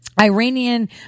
Iranian